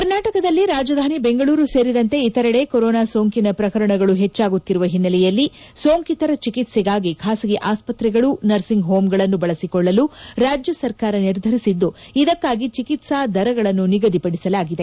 ಕರ್ನಾಟಕದಲ್ಲಿ ರಾಜಧಾನಿ ಬೆಂಗಳೂರು ಸೇರಿದಂತೆ ಇತರೆಡೆ ಕೊರೋನಾ ಸೋಂಕಿನ ಪ್ರಕರಣಗಳು ಹೆಚ್ಚಾಗುತ್ತಿರುವ ಹಿನ್ನೆಲೆಯಲ್ಲಿ ಸೋಂಕಿತರ ಚಿಕಿತ್ಸೆಗಾಗಿ ಖಾಸಗಿ ಆಸ್ವತ್ರೆಗಳು ನರ್ಸಿಂಗ್ ಹೋಂಗಳನ್ನು ಬಳಸಿಕೊಳ್ಳಲು ರಾಜ್ಯ ಸರ್ಕಾರ ನಿರ್ಧರಿಸಿದ್ದು ಇದಕ್ಕಾಗಿ ಚಿಕಿತ್ಸಾ ದರಗಳನ್ನು ನಿಗದಿಪಡಿಸಲಾಗಿದೆ